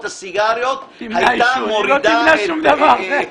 הסיגריות- -- היא לא תמנע שום דבר.